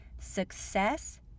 success